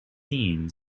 seen